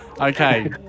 okay